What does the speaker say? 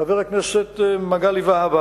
חבר הכנסת מגלי והבה,